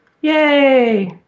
Yay